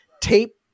tape